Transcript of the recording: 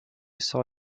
saw